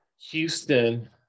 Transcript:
Houston